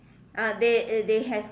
ah they they have